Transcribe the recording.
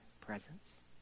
presence